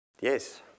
yes